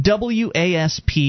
WASP